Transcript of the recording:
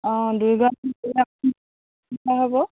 অ' দুই গৰাকী হ'ব